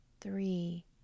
three